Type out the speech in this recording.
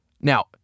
Now